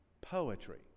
poetry